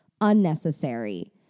Unnecessary